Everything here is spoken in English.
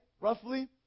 roughly